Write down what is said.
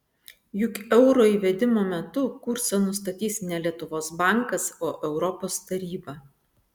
juk euro įvedimo metu kursą nustatys ne lietuvos bankas o europos taryba